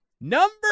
Number